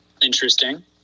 Interesting